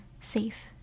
Safe